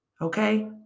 okay